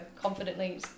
confidently